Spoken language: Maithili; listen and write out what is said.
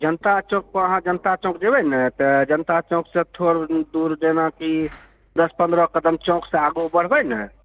जनता चौक पर अहाँ जनता चौक जेबय ने तऽ जनता चौक सऽ थोड़ दूर जेनाकि दस पन्द्रह कदम चौक सऽ आगु बढ़बै ने